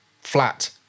flat